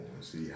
see